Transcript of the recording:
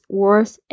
worth